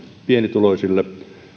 pienituloisille